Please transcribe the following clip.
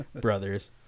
brothers